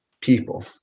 people